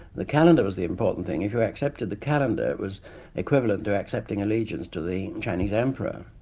the calendar was the important thing. if you accepted the calendar it was equivalent to accepting allegiance to the chinese emperor.